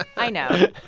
i know.